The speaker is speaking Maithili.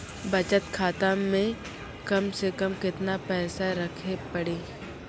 बचत खाता मे कम से कम केतना पैसा रखे पड़ी?